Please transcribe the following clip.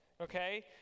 okay